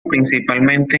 principalmente